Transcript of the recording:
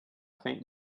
faint